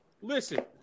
Listen